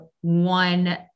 one